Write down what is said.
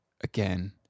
Again